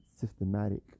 systematic